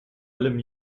allem